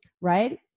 right